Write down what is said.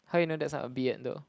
how in a desk are bit and though